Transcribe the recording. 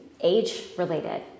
age-related